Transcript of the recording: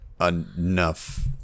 enough